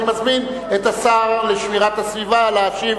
אני מזמין את השר לשמירת הסביבה להשיב